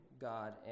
God